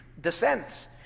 descents